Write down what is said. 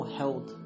held